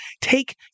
take